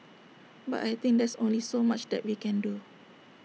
but I think there's only so much that we can do